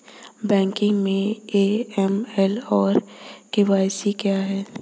Banking में AML और KYC क्या हैं?